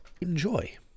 Enjoy